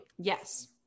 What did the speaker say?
Yes